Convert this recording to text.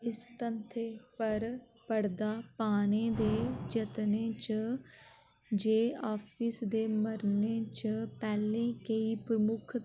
इस तथ्य पर पर्दा पाने दे जत्ने च जे आफिस दे मरने च पैह्ले केईं प्रमुख